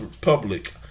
public